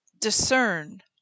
discern